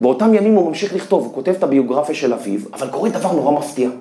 באותם ימים הוא ממשיך לכתוב, הוא כותב את הביוגרפיה של אביו, אבל קורה דבר נורא מפתיע.